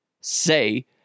say